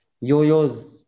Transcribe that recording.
yo-yo's